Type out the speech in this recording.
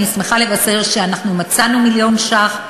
אני שמחה לבשר שמצאנו מיליון ש"ח,